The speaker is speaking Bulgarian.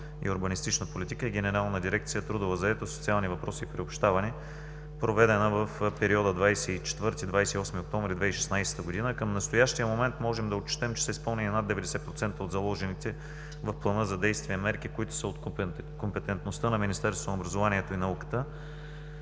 и урбанистична политика“ и Генерална дирекция „Трудова заетост, социални въпроси и приобщаване“, проведена в периода 24 – 28 октомври 2016 г. Към настоящия момент можем да отчетем, че са изпълнени над 90% от заложените в плана за действие мерки, които са от компетентността на Министерството на образованието и науката.